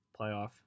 Playoff